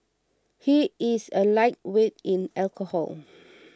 he is a lightweight in alcohol